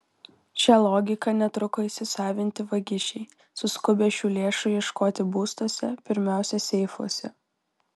šią logiką netruko įsisavinti vagišiai suskubę šių lėšų ieškoti būstuose pirmiausia seifuose